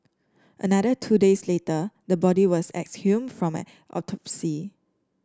another two days later the body was exhumed from a autopsy